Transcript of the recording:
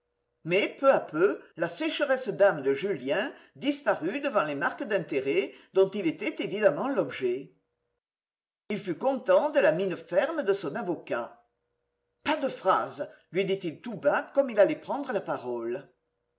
mais peu à peu la sécheresse d'âme de julien disparut devant les marques d'intérêt dont il était évidemment l'objet il fut content de la mine ferme de son avocat pas de phrases lui dit-il tout bas comme il allait prendre la parole